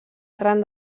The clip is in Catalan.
arran